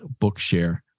bookshare